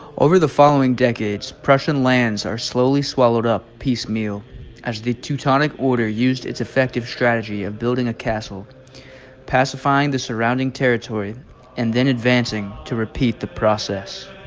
over the following decades pression lands are slowly swallowed up piecemeal as the teutonic order used its effective strategy of building a castle pacifying the surrounding territory and then advancing to repeat the process